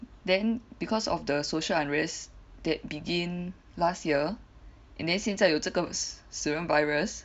then because of the social unrest that began last year and then 现在有这个死人 virus